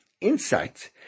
insight